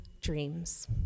dreams